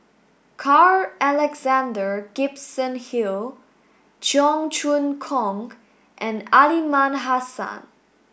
Carl Alexander Gibson Hill Cheong Choong Kong and Aliman Hassan